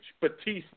Batista